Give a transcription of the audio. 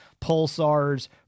Pulsar's